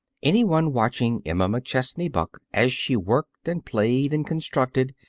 anyone watching emma mcchesney buck as she worked and played and constructed,